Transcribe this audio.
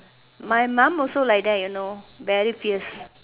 my mum also like that you know very fierce